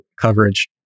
coverage